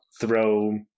throw